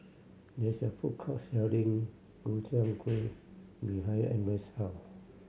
there is a food court selling Gobchang Gui behind Andres' house